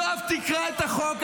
יואב, תקרא את החוק.